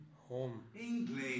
Home